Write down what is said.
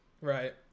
Right